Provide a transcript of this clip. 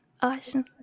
Awesome